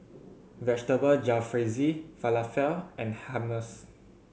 Vegetable Jalfrezi Falafel and Hummus